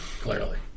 clearly